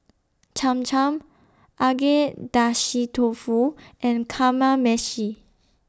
Cham Cham Agedashi Dofu and Kamameshi